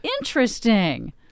Interesting